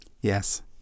Yes